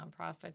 nonprofit